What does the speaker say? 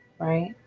right